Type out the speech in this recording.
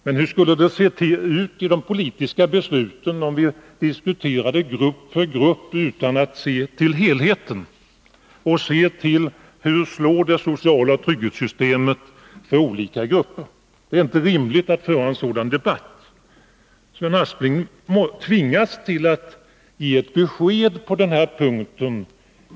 Men hur skulle det se ut i de politiska besluten om vi diskuterade grupp efter grupp utan att se till helheten och se hur det sociala trygghetssystemet slår för olika grupper? Det är inte rimligt att föra en sådan debatt. Sven Aspling tvingas ge ett besked på denna punkt.